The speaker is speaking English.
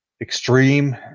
extreme